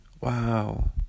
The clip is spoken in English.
Wow